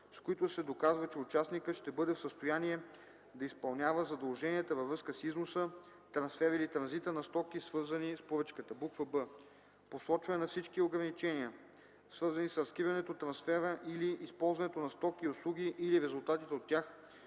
с които се доказва, че участникът ще бъде в състояние да изпълнява задълженията във връзка с износа, трансфера или транзита на стоки, свързани с поръчката; б) посочване на всички ограничения, свързани с разкриването, трансфера или използването на стоки и услуги или резултатите от тях,